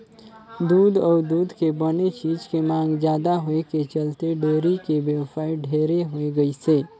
दूद अउ दूद के बने चीज के मांग जादा होए के चलते डेयरी के बेवसाय ढेरे होय गइसे